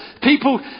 people